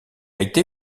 été